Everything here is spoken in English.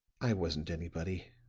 i wasn't anybody